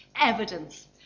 evidence